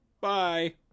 bye